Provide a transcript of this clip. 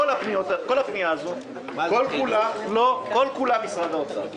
כל הפנייה הזו היא של משרד האוצר: